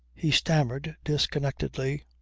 he stammered disconnectedly.